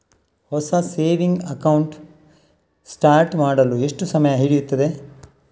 ಹೊಸ saving account start ಮಾಡಲು ಎಷ್ಟು ಸಮಯ ಹಿಡಿಯುತ್ತದೆ?